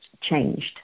changed